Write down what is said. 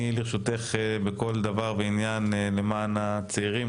לרשותך בכל דבר ועניין למען הצעירים,